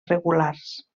regulars